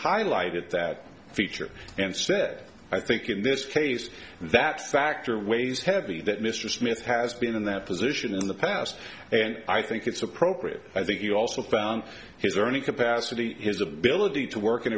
highlight at that feature and said i think in this case that sacked or weighs heavy that mr smith has been in that position in the past and i think it's appropriate i think you also found his earning capacity his ability to work and